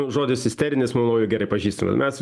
žodis isterinis manau jį gerai pažįstame mes